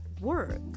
work